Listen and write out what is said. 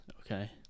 Okay